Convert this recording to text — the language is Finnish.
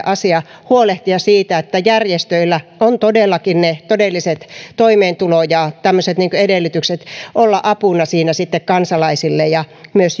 asia huolehtia siitä että järjestöillä on todellakin toimeentulo ja todelliset edellytykset olla apuna siinä kansalaisille ja myös